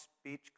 speech